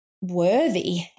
worthy